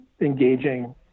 engaging